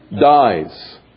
dies